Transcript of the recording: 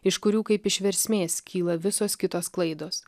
iš kurių kaip iš versmės kyla visos kitos klaidos